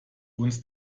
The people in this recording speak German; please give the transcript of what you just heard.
uns